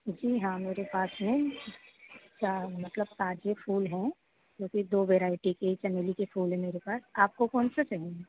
जी हाँ मेरे पास हैं चा मतलब ताजे फूल हैं जो कि दो वैरायटी के चमेली के फूल हैं मेरे पास आपको कौन सा चाहिए